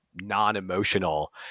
non-emotional